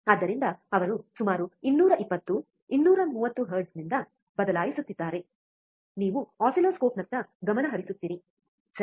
ಆದ್ದರಿಂದ ಅವರು ಸುಮಾರು 220 230 ಹರ್ಟ್ಜ್ನಿಂದ 230 ಹರ್ಟ್ಜ್ನಿಂದ ಬದಲಾಯಿಸುತ್ತಿದ್ದಾರೆನೀವು ಆಸಿಲ್ಲೋಸ್ಕೋಪ್ನತ್ತ ಗಮನ ಹರಿಸುತ್ತೀರಿ ಸರಿ